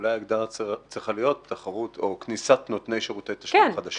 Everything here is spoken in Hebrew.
אולי ההגדרה צריכה להיות תחרות או כניסת נותני שירתי תשלום חדשים.